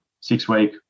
six-week